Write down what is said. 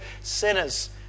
sinners